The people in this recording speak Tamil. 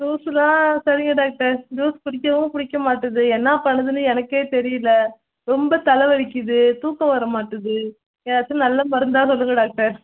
ஜூஸெலாம் சரிங்க டாக்டர் ஜூஸ் குடிக்கவும் பிடிக்கமாட்டுது என்ன பண்ணுதுன்னு எனக்கே தெரியிலை ரொம்ப தலை வலிக்கிது தூக்கம் வரமாட்டேது ஏதாச்சும் நல்ல மருந்தாக சொல்லுங்க டாக்டர்